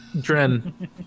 Dren